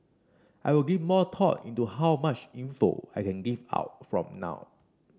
I will give more thought into how much info I will give out from now